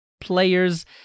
players